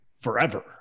forever